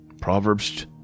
Proverbs